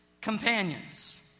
companions